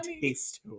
taste